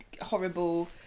horrible